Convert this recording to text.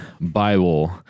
Bible